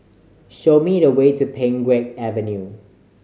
show me the way to Pheng Geck Avenue